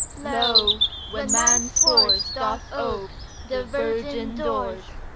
lo, when man's force doth ope the virgin doors,